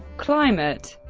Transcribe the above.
climate